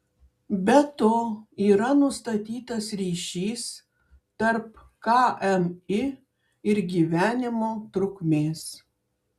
be to yra nustatytas ryšys tarp kmi ir gyvenimo trukmės